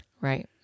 Right